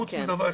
חוץ מדבר אחד,